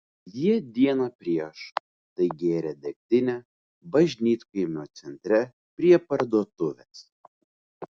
jie dieną prieš tai gėrė degtinę bažnytkaimio centre prie parduotuvės